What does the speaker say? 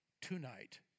tonight